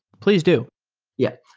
please do yeah.